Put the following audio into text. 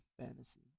fantasy